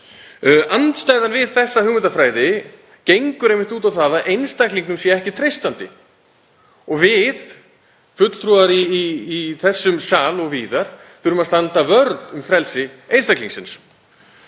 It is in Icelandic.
Andstæðan við þessa hugmyndafræði gengur einmitt út á að einstaklingnum sé ekki treystandi. Við fulltrúar í þessum sal og víðar þurfum að standa vörð um frelsi einstaklingsins.